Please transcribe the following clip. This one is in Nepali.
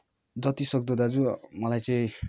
जतिसक्दो दाजु मलाई चाहिँ